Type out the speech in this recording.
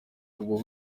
ubwo